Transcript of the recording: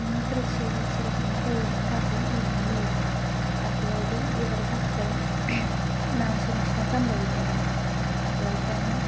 ഉമ്മി കൃഷി ചെയ്തിച്ചിരിക്കുന്ന തേനേയും കാപ്പം ഇടിഞ്ഞ് വീഴുന്നാണ് അതുവഴി ഇവർക്കത്രയും നാശനഷ്ടം സംഭവിക്കണോണ് അതുപോലെ തന്നെ